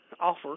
offer